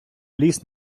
ліс